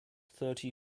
thirty